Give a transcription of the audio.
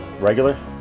Regular